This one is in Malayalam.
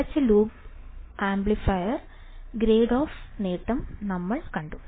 അടച്ച ലൂപ്പ് ആംപ്ലിഫയർ ട്രേഡ് ഓഫ് നേട്ടം നമ്മൾ കണ്ടു